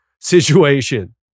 situation